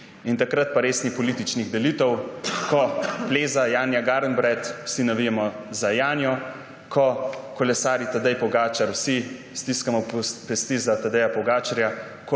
in takrat pa res ni političnih delitev. Ko pleza Janja Garnbret, vsi navijamo za Janjo, ko kolesari Tadej Pogačar, vsi stiskamo pesti za Tadeja Pogačarja,